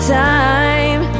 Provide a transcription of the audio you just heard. time